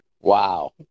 Wow